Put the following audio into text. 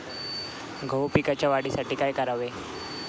गहू पिकाच्या वाढीसाठी काय करावे?